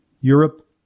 Europe